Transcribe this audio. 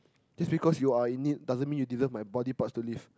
just because you are in it doesn't mean you deserve my body parts to live